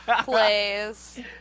Plays